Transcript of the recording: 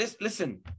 Listen